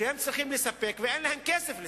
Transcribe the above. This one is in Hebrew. שהם צריכים לספק ואין להם כסף לספק,